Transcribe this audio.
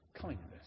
Kindness